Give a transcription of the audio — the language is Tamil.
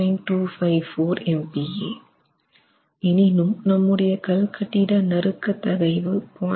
254 MPa எனினும் நம்முடைய கல் கட்டிட நறுக்க தகைவு 0